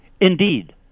Indeed